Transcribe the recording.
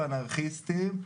אנרכיסטים,